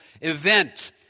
event